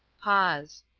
pause.